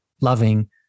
loving